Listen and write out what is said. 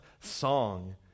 song